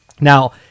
Now